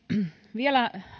vielä